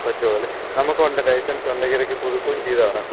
പറ്റുമല്ലേ നമുക്കുണ്ട് ലൈസൻസ് ഉണ്ട് ഈ ഇടയ്ക്ക് പുതുക്കുകയും ചെയ്തതാണ്